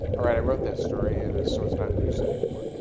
i wrote that story, and and so it's not news anymore.